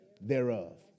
thereof